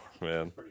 man